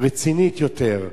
רצינית יותר,